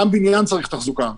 גם בניין צריך תחזוקה,